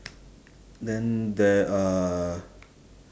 then there are